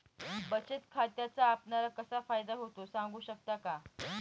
बचत खात्याचा आपणाला कसा फायदा होतो? सांगू शकता का?